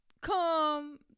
come